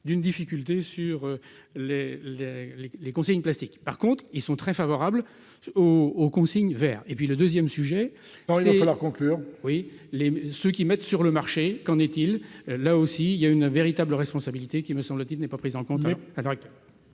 d'une difficulté sur le les consignes plastique, par contre, ils sont très favorables au aux consignes Vert et puis le 2ème sujet c'est vouloir conclure oui les mais ce qui mettent sur le marché, qu'en est-il là aussi il y a une véritable responsabilité qui me semble-t-il, n'est pas prise en compte à la règle.